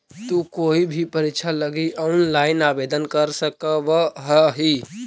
तु कोई भी परीक्षा लगी ऑनलाइन आवेदन कर सकव् हही